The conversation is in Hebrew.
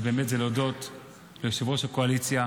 להודות ליושב-ראש הקואליציה